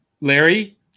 Larry